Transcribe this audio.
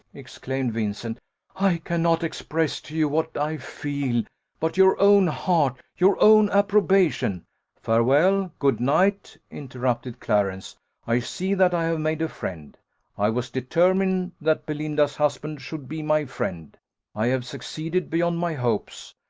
exclaimed vincent i cannot express to you what i feel but your own heart, your own approbation farewell, good night, interrupted clarence i see that i have made a friend i was determined that belinda's husband should be my friend i have succeeded beyond my hopes.